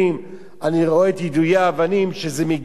אני רואה את יידויי האבנים, שזה מגיע ממש